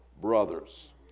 brothers